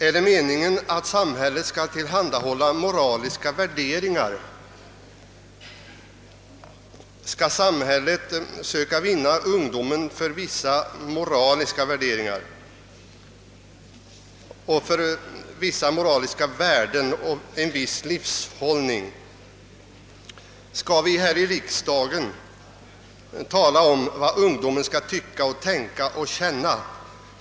är det meningen att samhället skall tillhandahålla moraliska värderingar och söka vinna ungdomen för en viss livshållning? Skall vi här i riksdagen tala om vad ungdomen skall tycka och tänka och känna?